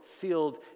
sealed